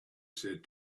said